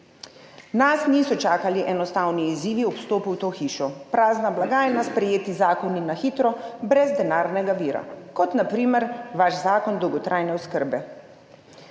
Nas niso čakali enostavni izzivi ob vstopu v to hišo, prazna blagajna, sprejeti zakoni na hitro brez denarnega vira, kot na primer vaš zakon dolgotrajne oskrbe.